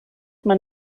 man